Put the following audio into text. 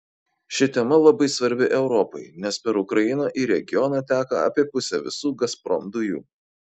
ši tema labai svarbi europai nes per ukrainą į regioną teka apie pusę visų gazprom dujų